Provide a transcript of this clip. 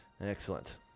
Excellent